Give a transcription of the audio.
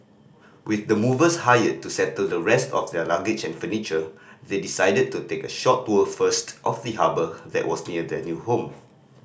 with the movers hired to settle the rest of their luggage and furniture they decided to take a short tour first of the harbour that was near their new home